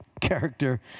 character